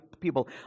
people